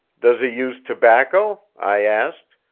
does he use tobacco? i asked,